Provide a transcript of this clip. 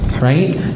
right